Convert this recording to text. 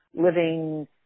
living